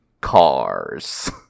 Cars